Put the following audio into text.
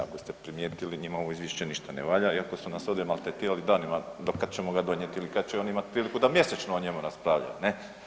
Ako ste primijetili njima ovo izvješće ništa ne valja iako su nas ovdje maltretirali danima do kad ćemo ga donijeti ili kad će oni imati priliku da mjesečno o njemu raspravljaju, ne.